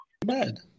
Bad